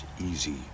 easy